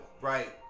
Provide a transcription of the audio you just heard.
Right